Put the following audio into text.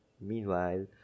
meanwhile